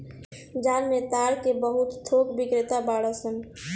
बाजार में ताड़ के बहुत थोक बिक्रेता बाड़न सन